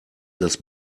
das